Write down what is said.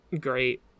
Great